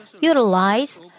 utilize